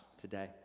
today